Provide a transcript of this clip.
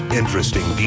interesting